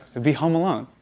be home alone.